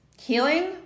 healing